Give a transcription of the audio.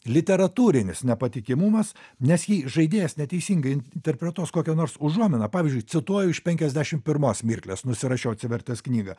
literatūrinis nepatikimumas nes jei žaidėjas neteisingai interpretuos kokią nors užuominą pavyzdžiui cituoju iš penkiasdešimt pirmos mirklės nusirašiau atsivertęs knygą